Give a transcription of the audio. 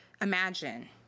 imagine